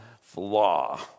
flaw